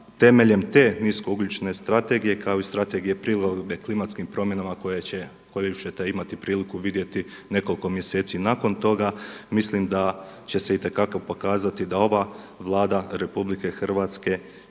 temeljem te niskougljične strategije, kao i strategije prilagodbe klimatskim promjenama koju ćete imati prilike vidjeti nekoliko mjeseci nakon toga, mislim da će se itekako pokazati da ova Vlada RH čini napore